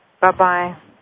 Bye-bye